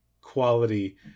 quality